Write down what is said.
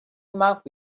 marked